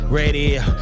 radio